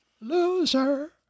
loser